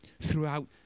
throughout